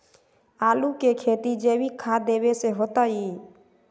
आलु के खेती जैविक खाध देवे से होतई?